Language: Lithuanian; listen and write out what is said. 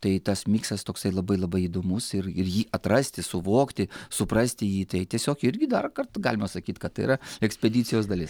tai tas miksas toksai labai labai įdomus ir ir jį atrasti suvokti suprasti jį tai tiesiog irgi darkart galima sakyt kad tai yra ekspedicijos dalis